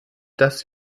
das